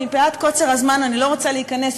מפאת קוצר הזמן אני לא רוצה להיכנס,